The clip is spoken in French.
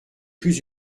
plus